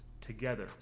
together